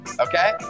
Okay